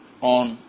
on